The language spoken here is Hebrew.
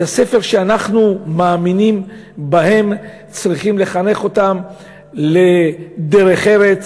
בתי-הספר שאנחנו מאמינים בהם צריכים לחנך אותם לדרך ארץ,